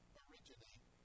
originate